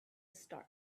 start